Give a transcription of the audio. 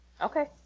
Okay